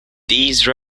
these